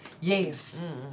Yes